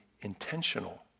intentional